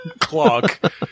clock